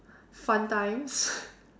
fun times